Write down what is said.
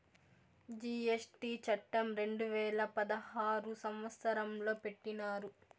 GST చట్టం రెండు వేల పదహారు సంవత్సరంలో పెట్టినారు